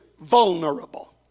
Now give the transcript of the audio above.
vulnerable